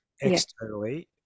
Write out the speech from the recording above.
externally